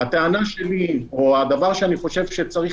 הטענה שלי או הדבר שאני חושב שצריך